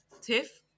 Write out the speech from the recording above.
tiff